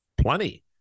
plenty